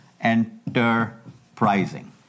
enterprising